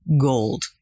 gold